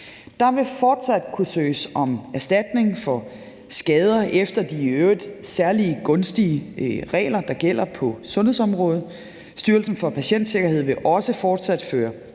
Der vil fortsat kunne søges om erstatning for skader efter de i øvrigt særlige gunstige regler, der gælder på sundhedsområdet. Styrelsen for Patientsikkerhed vil også fortsat føre